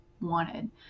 wanted